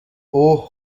اوه